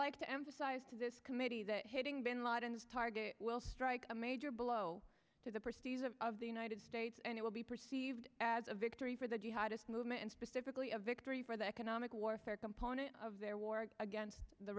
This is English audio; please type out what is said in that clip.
like to emphasize to this committee that hitting bin laden's target will strike a major blow to the prestigious of of the united states and it will be perceived as a victory for the jihadist movement and specifically a victory for the economic warfare component of their war against the